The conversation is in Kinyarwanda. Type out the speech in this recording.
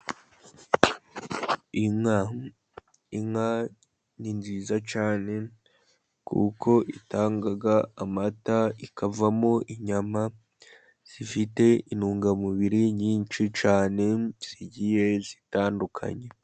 Inka, inka ni nziza cyane kuko itanga amata ikavamo inyama, zifite intungamubiri nyinshi cyane zigiye zitandukanye.